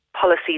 policy